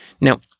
Now